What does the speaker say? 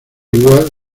igual